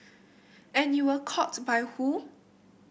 and you were caught by who